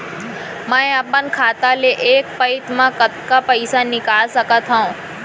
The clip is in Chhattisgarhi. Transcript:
मैं अपन खाता ले एक पइत मा कतका पइसा निकाल सकत हव?